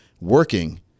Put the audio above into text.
working